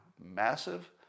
Massive